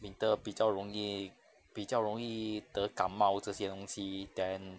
winter 比较容易比较容易得感冒这些东西 then